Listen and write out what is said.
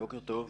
בוקר טוב.